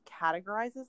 categorizes